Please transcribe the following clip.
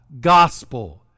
gospel